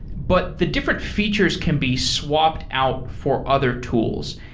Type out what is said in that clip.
but the different features can be swapped out for other tools.